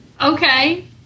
okay